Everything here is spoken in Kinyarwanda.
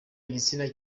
igitsina